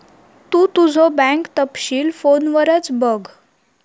तु तुझो बँक तपशील फोनवरच बघ